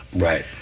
right